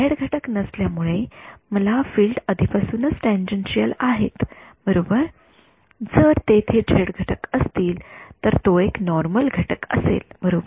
Z घटक नसल्यामुळे माझी फील्ड आधीपासूनच टॅनजेन्शियल आहेत बरोबर जर तेथे झेड घटक असतील तर तो एक नॉर्मल घटक असेल बरोबर